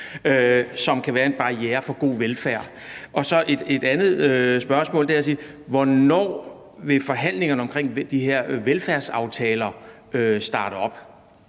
som kan være en barriere for god velfærd. Og så har jeg et andet spørgsmål: Hvornår vil forhandlingerne om de her velfærdsaftaler starte op?